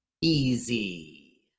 Easy